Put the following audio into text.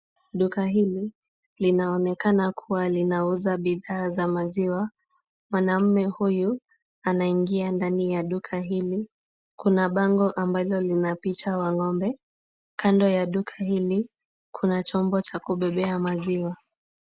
Duka hili linaonekana kuwa linauza bidhaa za maziwa. Mwanamme huyu anaingia ndani ya duka hili. Kuna bango ambalo lina picha wa ng'ombe. Kando ya duka hili, kuna chombo cha kubebea maziwa.